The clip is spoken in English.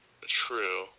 True